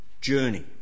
journey